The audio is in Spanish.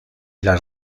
las